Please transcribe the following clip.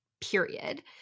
period